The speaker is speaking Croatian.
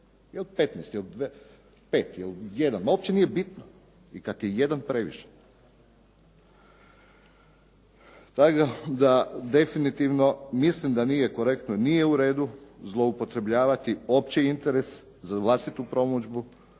Je li 15, je li 5 ili 1, uopće nije bitno i kad je 1 previše je. Tako da definitivno mislim da nije korektno, nije u redu zloupotrebljavati opći interes za vlastitu promidžbu,